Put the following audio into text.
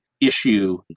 issue